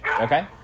Okay